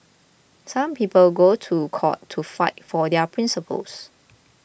some people go to court to fight for their principles